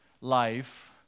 life